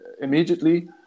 immediately